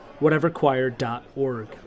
whateverchoir.org